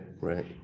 Right